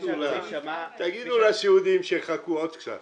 תגידו לסיעודיים שיחכו עוד קצת?